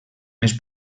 més